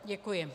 Děkuji.